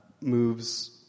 moves